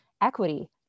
equity